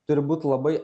turi būt labai